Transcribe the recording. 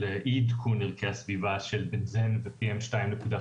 אי עדכון ערכי הסביבה של בנזן ו-PM2.5.